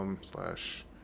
slash